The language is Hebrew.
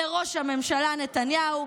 לראש הממשלה נתניהו,